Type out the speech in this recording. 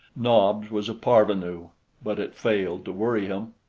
nobs was a parvenu but it failed to worry him.